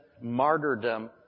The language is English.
martyrdom